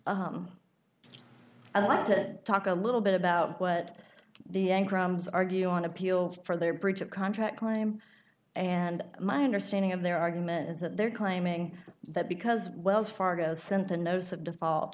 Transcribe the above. i'd like to talk a little bit about what the argue on appeal for their breach of contract claim and my understanding of their argument is that they're claiming that because wells fargo sent the notice of default